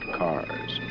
cars